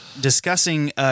discussing